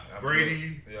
Brady